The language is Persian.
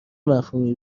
مفهومی